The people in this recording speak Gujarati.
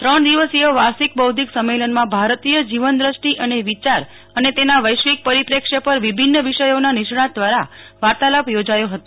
ત્રણ દિવસીય વાર્ષિક બૌધ્યિક સમેલનમાં ભારતીય જીવન દ્રષ્ટિ અને વિયાર અને તેના વૈશ્વિક પરિપ્રેક્ષ્ય પર વિભિન્ન વિષયોના નિષ્ણાંત ધ્વારા વાર્તાલાપ યોજાયો હતો